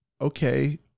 okay